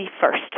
first